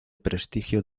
prestigio